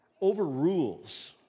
overrules